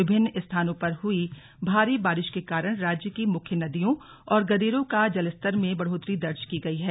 विभिन्न स्थानों पर हुई भारी बारिश के कारण राज्य की मुख्य नदियों और गदेरों का जलस्तर में बढ़ोतरी दर्ज की गई है